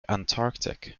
antarctic